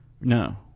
No